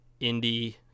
indie